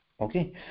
Okay